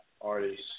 artists